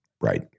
Right